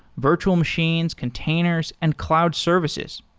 virtual machines, containers and cloud services.